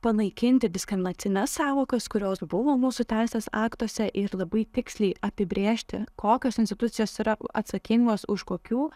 panaikinti diskriminacines sąvokas kurios buvo mūsų teisės aktuose ir labai tiksliai apibrėžti kokios institucijos yra atsakingos už kokių